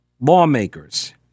lawmakers